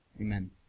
Amen